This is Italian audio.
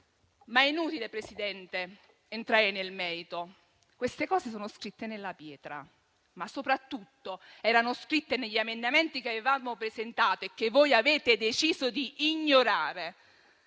Ma è inutile, signor Presidente, entrare nel merito. Queste cose sono scritte nella pietra, ma soprattutto erano scritte negli emendamenti che avevamo presentato e che voi avete deciso di ignorare.